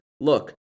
look